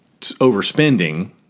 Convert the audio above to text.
overspending